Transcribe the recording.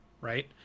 right